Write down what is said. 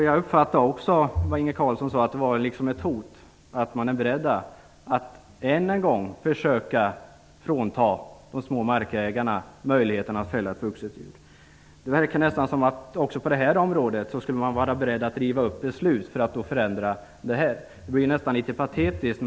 Jag uppfattade det som Inge Carlsson sade som ett hot att socialdemokraterna än en gång var beredda försöka frånta de små markägarna möjligheten att fälla ett vuxet djur. Det verkar nästan som att man också på det här området är beredd att riva upp ett beslut. Det blir nästan patetiskt.